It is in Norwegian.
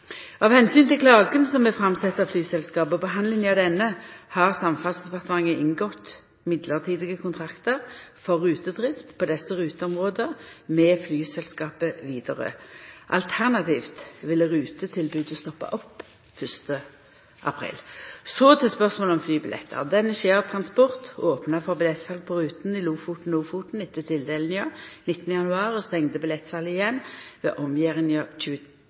Av omsyn til klagen som er framsett av flyselskapet, og behandlinga av denne, har Samferdselsdepartementet inngått mellombelse kontraktar for rutedrift på desse ruteområda med flyselskapet Widerøe. Alternativt ville rutetilbodet ha stoppa opp 1. april. Så til spørsmålet om flybillettar. Danish Air Transport opna for billettsal på rutene i Lofoten og Ofoten etter tildelinga 19. januar og stengde billettsalet igjen ved omgjeringa